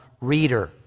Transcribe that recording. reader